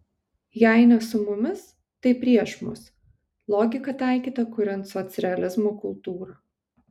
jei ne su mumis tai prieš mus logika taikyta kuriant socrealizmo kultūrą